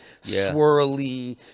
swirly